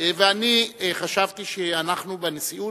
ואני חשבתי שאנחנו, בנשיאות,